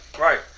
right